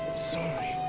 sorry!